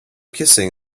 kissing